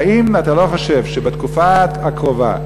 האם אתה לא חושב שבתקופה הקרובה,